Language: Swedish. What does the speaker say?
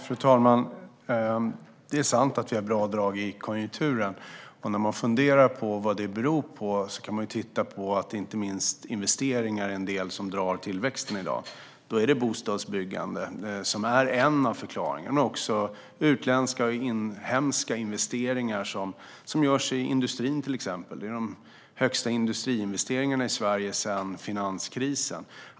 Fru talman! Det är sant att vi har bra drag i konjunkturen, och det beror inte minst på investeringar som är en del av det som drar tillväxten i dag. Bostadsbyggande är en av förklaringarna, men det handlar även om utländska och inhemska investeringar som görs i industrin, till exempel. Det är de högsta industriinvesteringarna i Sverige sedan finanskrisen.